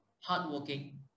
hardworking